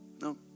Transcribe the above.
No